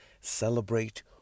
Celebrate